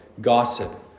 gossip